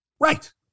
Right